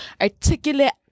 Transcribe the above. articulate